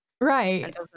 right